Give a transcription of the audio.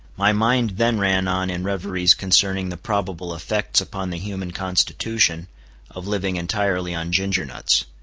my mind then ran on in reveries concerning the probable effects upon the human constitution of living entirely on ginger-nuts.